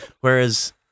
Whereas